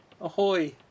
Ahoy